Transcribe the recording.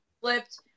flipped